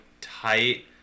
tight